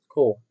Cool